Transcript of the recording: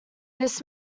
this